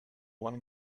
one